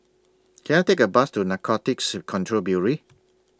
Can I Take A Bus to Narcotics Control Bureau